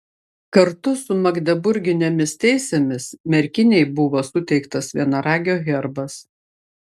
kartu su magdeburginėmis teisėmis merkinei buvo suteiktas vienaragio herbas